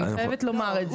אני חייבת לומר את זה.